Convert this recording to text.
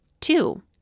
Two